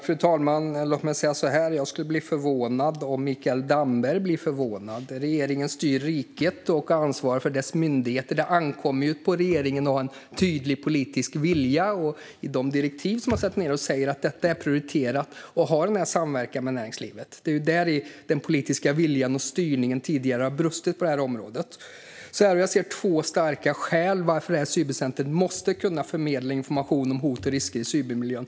Fru talman! Jag skulle bli förvånad om Mikael Damberg blir förvånad. Regeringen styr riket och ansvarar för dess myndigheter. Det ankommer på regeringen att ha en tydlig politisk vilja. I direktiven måste det framgå att frågan är prioriterad och att det ska vara en samverkan med näringslivet. Det är där den politiska viljan och styrningen tidigare har brustit på området. Jag ser två starka skäl till att cybercentret måste kunna förmedla information om hot och risker i cybermiljön.